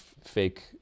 fake